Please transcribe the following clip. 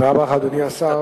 תודה רבה לך, אדוני השר.